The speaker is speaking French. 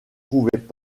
trouvaient